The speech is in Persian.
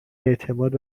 اعتماد